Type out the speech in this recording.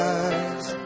eyes